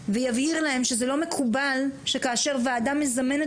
ויבהיר להם שזה לא מקובל שכאשר ועדה מזמנת